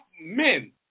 Men